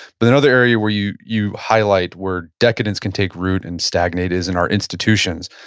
but another area where you you highlight where decadence can take root and stagnate is in our institutions.